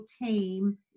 team